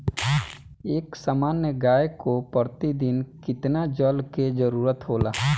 एक सामान्य गाय को प्रतिदिन कितना जल के जरुरत होला?